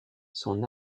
son